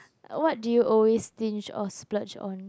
what do you always stinge or splurge on